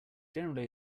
generally